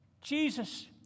Jesus